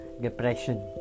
depression